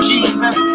Jesus